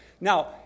Now